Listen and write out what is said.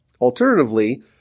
Alternatively